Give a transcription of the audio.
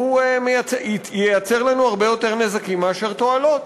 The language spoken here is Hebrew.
שהוא יְיַצר לנו הרבה יותר נזקים מאשר תועלות.